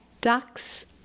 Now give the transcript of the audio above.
ducks